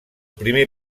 primer